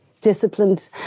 disciplined